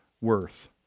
worth